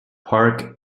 parc